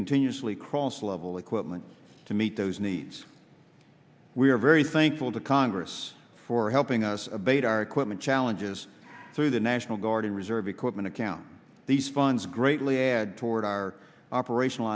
continuously cross a level equipment to meet those needs we are very thankful to congress for helping us abate our equipment challenges through the national guard and reserve equipment accounts these funds greatly add toward our operational